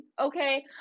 okay